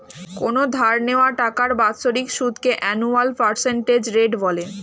কোনো ধার নেওয়া টাকার বাৎসরিক সুদকে অ্যানুয়াল পার্সেন্টেজ রেট বলে